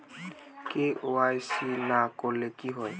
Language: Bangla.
কে.ওয়াই.সি না করলে কি হয়?